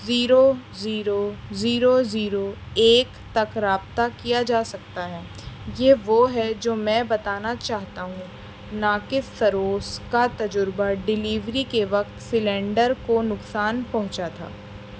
zero zero zero zero ایک تک رابطہ کیا جا سکتا ہے یہ وہ ہے جو میں بتانا چاہتا ہوں ناقص سروس کا تجربہ ڈیلیوری کے وقت سلنڈر کو نقصان پہنچا تھا